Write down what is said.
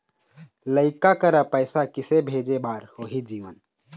लइका करा पैसा किसे भेजे बार होही जीवन